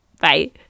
Bye